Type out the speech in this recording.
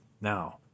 Now